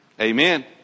Amen